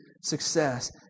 success